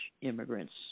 immigrants